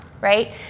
right